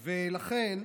גם נדירות.